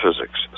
physics